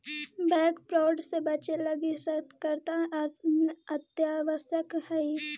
bank fraud से बचे लगी सतर्कता अत्यावश्यक हइ